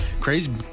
crazy